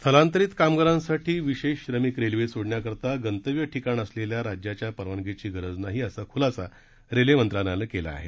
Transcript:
स्थलांतरित कामगारांसाठी विशेष श्रमिक रेल्वे सोडण्याकरता गंतव्य ठिकाण असलेल्या राज्याच्या परवानगीची गरज नाही असा खुलासा रेल्वे मंत्रालयानं केला आहे